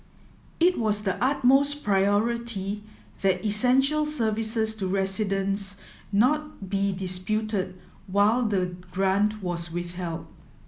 it was the utmost priority that essential services to residents not be disputed while the grant was withheld